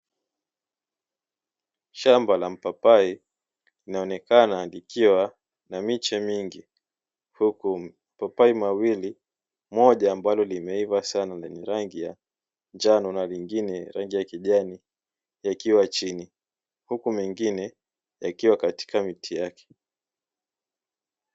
Shamba la mpapai linaonekana likiwa na miche mingi, huku mapapai mawili moja ambalo limeiva sana lenye rangi ya njano, na lingine rangi ya kijani yakiwa chini, huku mengine yakiwa katika miti yake.